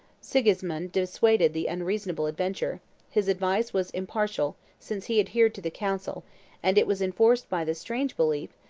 sigismond dissuaded the unreasonable adventure his advice was impartial, since he adhered to the council and it was enforced by the strange belief,